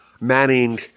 manning